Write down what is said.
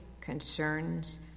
concerns